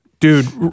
Dude